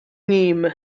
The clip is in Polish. nim